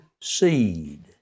seed